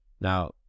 Now